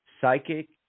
psychic